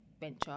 venture